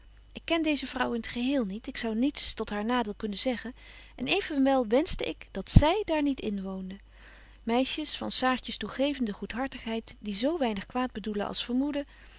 ik ken deeze vrouw in t geheel niet ik zou niets tot haar nadeel kunnen zeggen en evenwel wenschte ik dat zy daar niet inwoonde meisjes van saartjes toegevende goedhartigheid die zo weinig kwaad bedoelen als vermoeden